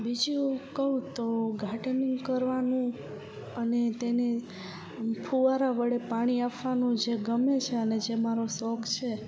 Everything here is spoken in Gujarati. બીજું કહું તો ગાર્ડનિંગ કરવાનું અને તેને ફુવારા વડે પાણી આપવાનું જે ગમે છે અને જે મારો શોખ છે